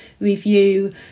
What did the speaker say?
review